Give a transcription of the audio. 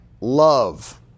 love